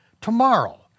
tomorrow